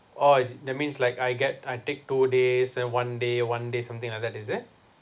oh is it that means like I get I take two days and one day one day something like that is it